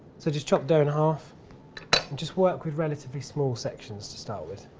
so, just chop the in half and just work with relatively small sections to start with.